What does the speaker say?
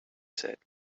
said